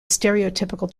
stereotypical